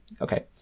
Okay